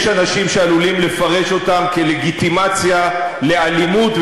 יש אנשים שעלולים לפרש אותן כלגיטימציה לאלימות,